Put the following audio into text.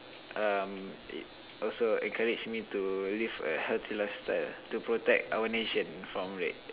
um also encourage to live a healthy lifestyle to protect our nation from it